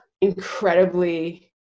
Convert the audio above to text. incredibly